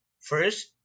first